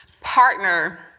partner